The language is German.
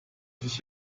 sich